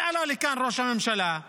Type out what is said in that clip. כשמביאים